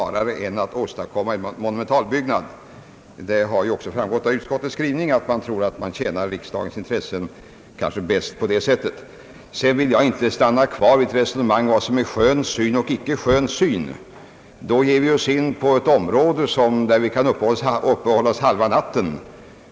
Det framgår av utskottets skrivning att man tror att riksdagens intressen betjänas bäst på det sättet. Jag vill inte stanna vid ett resonemang om vad som är skön syn och icke skön syn. Då ger vi oss in på ett område där vi kan uppehålla oss halva natten.